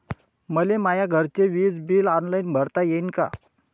मले माया घरचे विज बिल ऑनलाईन भरता येईन का?